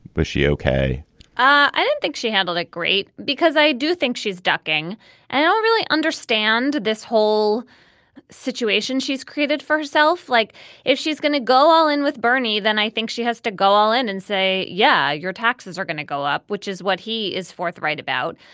but she ok i think she handled it great because i do think she's ducking and i don't really understand this whole situation she's created for herself like if she's going to go all in with bernie. then i think she has to go all in and say yeah your taxes are going to go up which is what he is forthright about.